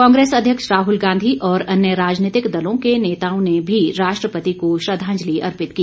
कांग्रेस अध्यक्ष राहुल गांधी और अन्य राजनीतिक दलों के नेताओं ने भी राष्ट्रपिता को श्रद्धांजलि अर्पित की